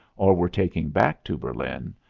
or were taking back to berlin,